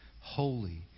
holy